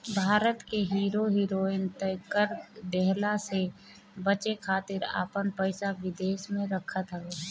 भारत के hero heroine त कर देहला से बचे खातिर आपन पइसा विदेश में रखत हवे